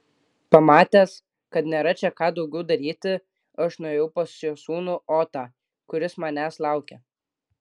pamatęs kad nėra čia ką daugiau daryti aš nuėjau pas jo sūnų otą kuris manęs laukė